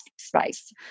space